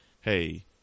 Hey